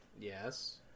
Yes